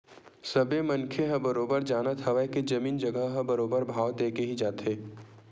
सबे मनखे ह बरोबर जानत हवय के जमीन जघा ह बरोबर भाव देके ही जाथे